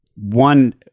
one